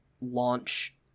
launch